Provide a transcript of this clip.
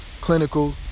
Clinical